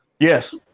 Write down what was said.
Yes